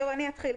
אני אתחיל.